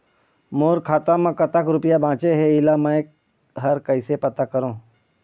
मोर खाता म कतक रुपया बांचे हे, इला मैं हर कैसे पता करों?